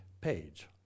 page